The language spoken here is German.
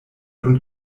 und